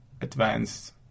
advanced